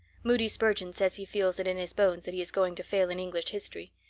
moody spurgeon says he feels it in his bones that he is going to fail in english history.